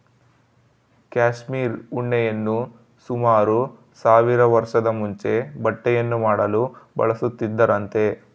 cashmere ಉಣ್ಣೆಯನ್ನು ಸುಮಾರು ಸಾವಿರ ವರ್ಷದ ಮುಂಚೆ ಬಟ್ಟೆಯನ್ನು ಮಾಡಲು ಬಳಸುತ್ತಿದ್ದರಂತೆ